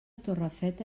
torrefeta